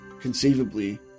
conceivably